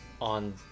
on